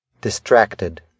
distracted